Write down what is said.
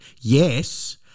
yes